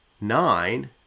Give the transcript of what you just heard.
nine